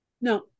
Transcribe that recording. no